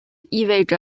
意味着